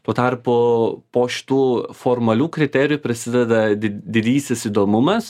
tuo tarpu po šitų formalių kriterijų prisideda di didysis įdomumas